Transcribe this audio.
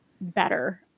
better